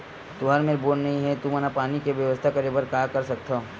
तुहर मेर बोर नइ हे तुमन पानी के बेवस्था करेबर का कर सकथव?